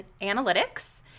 analytics